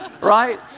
Right